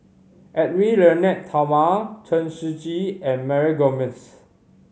Edwy Lyonet Talma Chen Shiji and Mary Gomes